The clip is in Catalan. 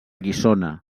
guissona